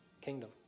Kingdom